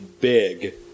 big